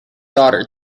daughter